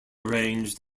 arranged